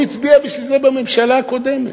הוא הצביע בשביל זה בממשלה הקודמת.